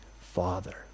father